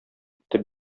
итеп